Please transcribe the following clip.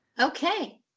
Okay